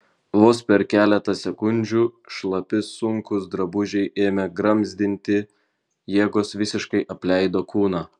vos per keletą sekundžių šlapi sunkūs drabužiai ėmė gramzdinti jėgos visiškai apleido kūną